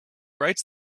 writes